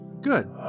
Good